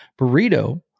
Burrito